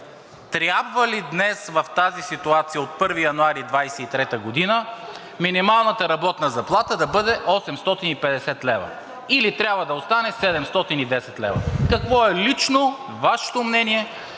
трябва ли днес в тази ситуация – от 1 януари 2023 г., минималната работна заплата да бъде 850 лв., или трябва да остане 710 лв.? Какво е лично Вашето мнение